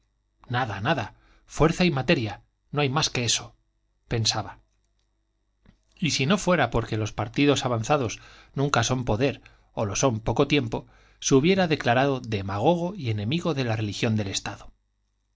nada nada fuerza y materia no hay más que eso pensaba y si no fuera porque los partidos avanzados nunca son poder o lo son poco tiempo se hubiera declarado demagogo y enemigo de la religión del estado